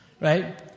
Right